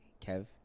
Kev